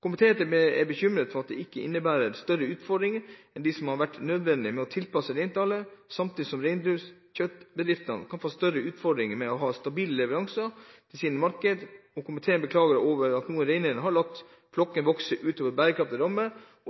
Komiteen er bekymret for at dette innebærer større utfordringer enn det som hadde vært nødvendig for å tilpasse reintallet, samtidig som reinkjøttbedriftene kan få større utfordringer med å ha stabile leveranser til sine markeder. Komiteen beklager at noen reineiere har latt flokken vokse utover bærekraftig ramme